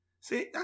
See